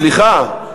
סליחה,